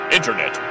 Internet